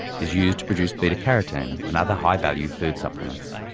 is used to produce beta-carotene and other high-value food supplements.